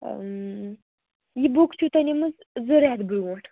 یہِ بُک چھِ تۄہہِ نِمٕژ زٕ ریٚتھ برٛونٛہہ